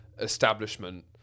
establishment